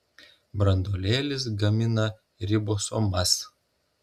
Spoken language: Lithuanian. branduolėlis gamina ribosomas